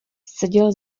seděl